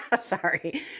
sorry